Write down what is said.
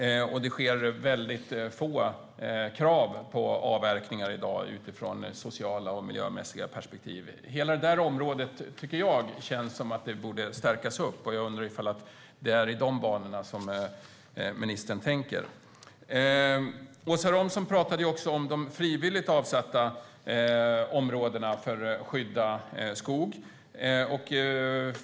Det ställs i dag väldigt få krav på avverkningar utifrån sociala och miljömässiga perspektiv. Hela det där området borde stärkas upp, tycker jag att det känns som. Jag undrar om det är i de banorna ministern tänker. Åsa Romson pratade om de frivilligt avsatta områdena för skydd av skog.